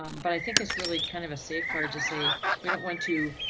um but i think it's really kind of a safeguard to say we don't want to.